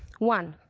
one,